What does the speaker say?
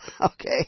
Okay